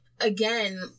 again